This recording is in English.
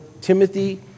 Timothy